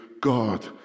God